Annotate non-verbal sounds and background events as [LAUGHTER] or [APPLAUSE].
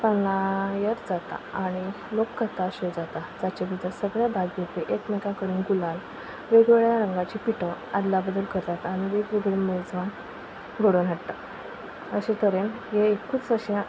[UNINTELLIGIBLE] जाता आनी लोक ककाशीव जाता जाचे भितर सगळे भाग घेवपी एकमेका कडे गुलाल वेगवेगळ्या रंगाचे पिठो आदला बदल करतात आनी वेगवेगळे मेजवान घडोवन हाडटा अशे तरेन हें एकूच अशें